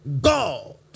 God